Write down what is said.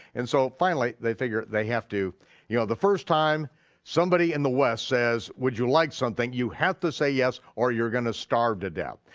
and so finally they figure they have to, you know, the first time somebody in the west says would you like something, you have to say yes, or you're gonna starve to death.